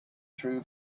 true